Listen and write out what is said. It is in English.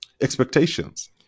expectations